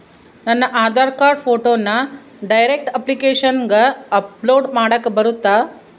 ನನ್ನ ಆಧಾರ್ ಕಾರ್ಡ್ ಫೋಟೋನ ಡೈರೆಕ್ಟ್ ಅಪ್ಲಿಕೇಶನಗ ಅಪ್ಲೋಡ್ ಮಾಡಾಕ ಬರುತ್ತಾ?